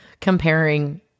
comparing